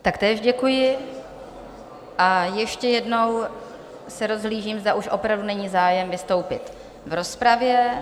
Taktéž děkuji a ještě jednou se rozhlížím, zda už opravdu není zájem vystoupit v rozpravě.